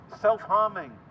self-harming